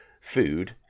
food